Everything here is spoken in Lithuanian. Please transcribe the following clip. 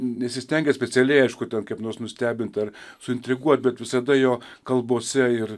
nesistengia specialiai aišku ten kaip nors nustebint ar suintriguot bet visada jo kalbose ir